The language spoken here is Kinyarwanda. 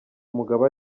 umugabo